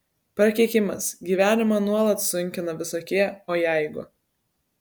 prakeikimas gyvenimą nuolat sunkina visokie o jeigu